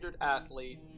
athlete